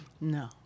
No